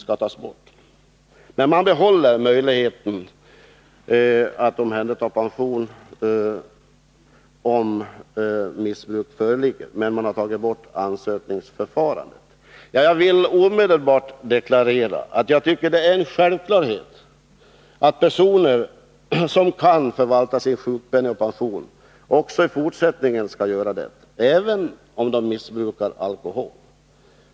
Man vill alltså behålla möjligheten att omhänderta pension om missbruk föreligger, men ta bort ansökningsförfarandet. Jag vill omedelbart deklarera att jag tycker att det är en självklarhet att personer som kan förvalta sin sjukpenning och pension också i fortsättningen skall göra det, även om de missbrukar alkohol.